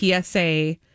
psa